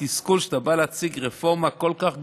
תסכול כשאתה בא להציג רפורמה כל כך גדולה,